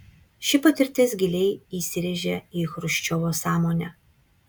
ši patirtis giliai įsirėžė į chruščiovo sąmonę